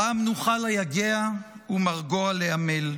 "באה מנוחה ליגע ומרגוע לעמל".